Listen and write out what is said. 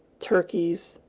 turkies,